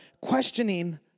questioning